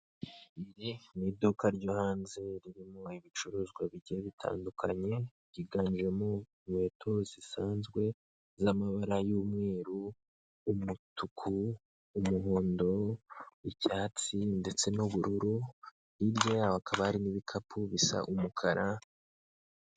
Iri ni iduka ryo hanze ririmo ibicuruzwa bigiye bitandukanye byiganjemo inkweto zisanzwe z'amabara y'umweru, umutuku, umuhondo, icyatsi ndetse n'ubururu hirya yaho hakaba hari n'ibikapu bisa umukara.